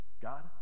God